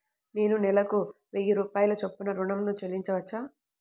నేను నెలకు వెయ్యి రూపాయల చొప్పున ఋణం ను చెల్లించవచ్చా?